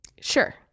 Sure